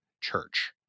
church